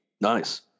Nice